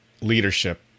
leadership